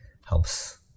helps